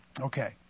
Okay